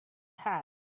hat